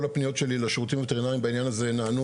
כל הפניות שלי לשירותים הווטרינרים בעניין הזה נענו